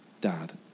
dad